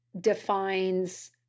defines